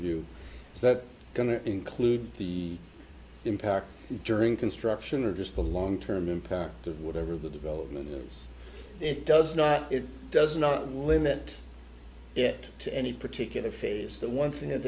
review that going to include the impact during construction or just the long term impact of whatever the development is it does not it does not limit it to any particular phase the one thing that